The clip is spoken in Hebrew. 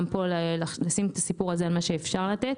פה לשים את הסיפור הזה על מה שאפשר לתת.